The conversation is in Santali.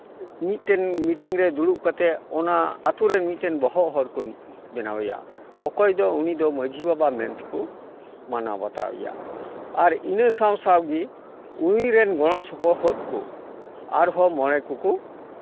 ᱢᱤᱫᱴᱮᱱ ᱢᱤᱴᱤᱝ ᱨᱮ ᱫᱩᱲᱩᱵ ᱠᱟᱛᱮᱫ ᱚᱱᱟ ᱟᱹᱛᱩ ᱨᱮ ᱢᱤᱫᱴᱮᱱ ᱵᱚᱦᱚᱜ ᱦᱚᱲ ᱠᱚ ᱵᱮᱱᱟᱣᱮᱭᱟ ᱚᱠᱚᱭ ᱫᱚ ᱩᱱᱤ ᱫᱚ ᱢᱟᱺᱡᱷᱤ ᱵᱟᱵᱟ ᱢᱮᱱᱛᱮᱠᱚ ᱢᱟᱱᱟᱣ ᱵᱟᱛᱟᱣᱮᱭᱟ ᱟᱨ ᱤᱱᱟᱹ ᱥᱟᱶ ᱥᱟᱶ ᱜᱮ ᱩᱱᱤᱨᱮᱱ ᱜᱚᱲᱚ ᱥᱚᱯᱚᱦᱚᱫ ᱠᱚ ᱟᱨᱦᱚᱸ ᱢᱚᱬᱮ ᱠᱚᱠᱚ